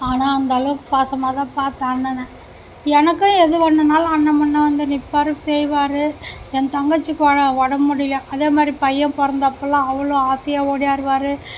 ஆனால் அந்தளவுக்கு பாசமாகதான் பார்த்தேன் அண்ணனை எனக்கும் எது வேணும்னாலும் அண்ணன் முன்னே வந்து நிப்பார் செய்வார் என் தங்கச்சிக்கு உடம்பு முடியல அதேமாதிரி பையன் பிறந்தப்பலாம் அவ்வளோ ஆசையாக ஓடியாருவார்